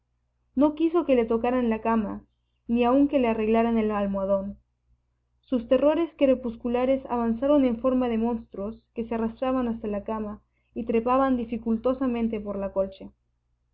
no quiso que le tocaran la cama ni aún que le arreglaran el almohadón sus terrores crepusculares avanzaron en forma de monstruos que se arrastraban hasta la cama y trepaban dificultosamente por la colcha